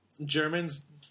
Germans